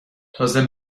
تازه